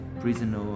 prisoner